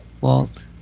Walt